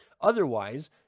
Otherwise